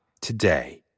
today